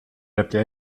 l’appeler